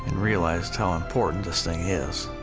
realized how important this thing is.